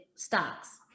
Stocks